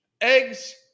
eggs